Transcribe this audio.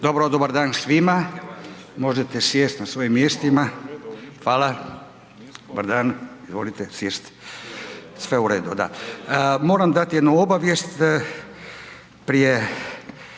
Dobar dan svima. Možete sjesti na svojim mjestima. Hvala. Dobar dan, izvolite sjesti. Sve u redu, da. Moram dati jednu obavijest prije.